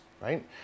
right